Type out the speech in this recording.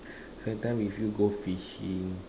spend time with you go fishing